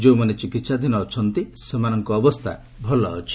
ଯେଉଁମାନେ ଚିକିତ୍ସାଧୀନ ଅଛନ୍ତି ସେମାନଙ୍କ ଅବସ୍ଥା ଭଲ ଅଛି